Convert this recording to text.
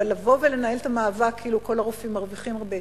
אבל לבוא ולנהל את המאבק כאילו כל הרופאים מרוויחים הרבה?